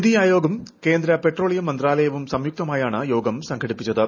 നിതി ആയോഗും കേന്ദ്ര പെട്രോളിയം മന്ത്രാലയവും സംയുക്തമായാണ് യോഗം സംഘടിപ്പിച്ചത്